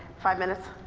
five minutes,